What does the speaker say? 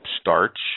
Starch